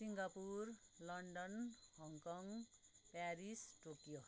Singapore London Hong Kong Paris Tokyo